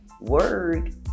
word